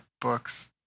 books